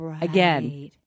again